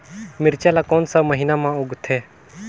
मिरचा ला कोन सा महीन मां उगथे?